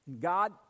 God